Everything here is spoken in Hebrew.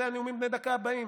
זה הנאומים בני דקה הבאים,